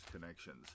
connections